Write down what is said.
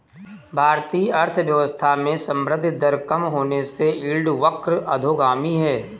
भारतीय अर्थव्यवस्था में संवृद्धि दर कम होने से यील्ड वक्र अधोगामी है